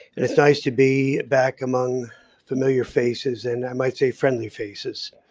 it's nice to be back among familiar faces and i might say friendly faces.